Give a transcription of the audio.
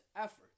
efforts